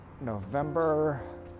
November